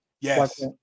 Yes